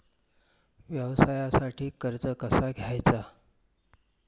व्यवसायासाठी कर्ज कसा घ्यायचा?